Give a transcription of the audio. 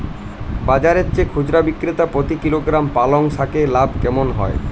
বাজারের চেয়ে খুচরো বিক্রিতে প্রতি কিলোগ্রাম পালং শাকে লাভ কেমন হয়?